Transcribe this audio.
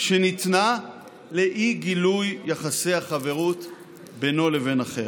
שניתנה לאי-גילוי יחסי החברות בינו לבין אחר.